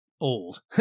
old